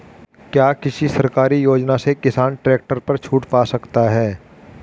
क्या किसी सरकारी योजना से किसान ट्रैक्टर पर छूट पा सकता है?